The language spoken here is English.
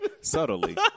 Subtly